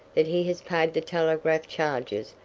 that he has paid the telegraph charges,